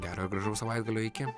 gero ir gražaus savaitgalio iki